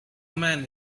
man